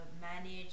manage